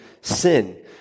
sin